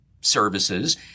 services